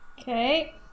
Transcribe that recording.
Okay